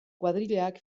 kuadrillak